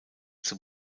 zum